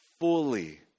fully